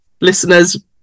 Listeners